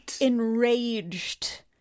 enraged